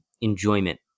enjoyment